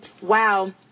Wow